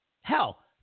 Hell